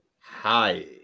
Hi